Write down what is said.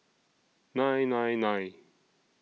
nine nine nine